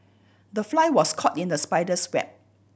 the fly was caught in the spider's web